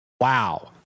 wow